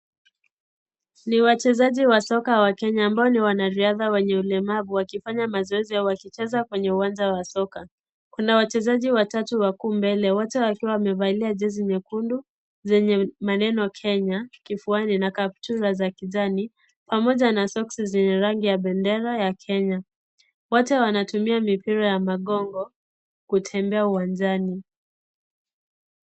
Ni wachezaji wa soka wa Kenya ambao ni wanariadha wenye ulemavu wakifanya mazoezi au wakicheza kwenye uwanja wa soka. Kuna wachezaji watatu wakuu mbele wote wakiwa wamevalia jezi nyekundu vyenye maneno Kenya kifuani na kaptura za kijani pamoja na soksi zenye rangi ya bendera ya Kenya. Wote wanatumia mipira ya magongo kutembea uwanjani.